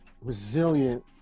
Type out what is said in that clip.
resilient